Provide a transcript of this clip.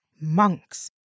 Monks